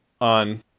on